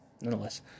Nonetheless